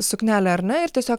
suknelę ar ne ir tiesiog